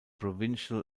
provincial